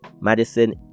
Madison